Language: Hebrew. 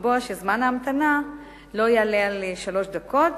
לקבוע שזמן ההמתנה לא יעלה על שלוש דקות,